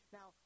Now